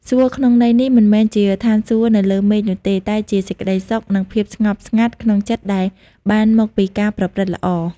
សួគ៌ក្នុងន័យនេះមិនមែនជាឋានសួគ៌នៅលើមេឃនោះទេ តែជាសេចក្តីសុខ និងភាពស្ងប់ស្ងាត់ក្នុងចិត្តដែលបានមកពីការប្រព្រឹត្តល្អ។